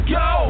go